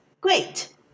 Great